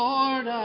Lord